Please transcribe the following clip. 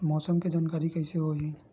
मौसम के जानकारी कइसे होही?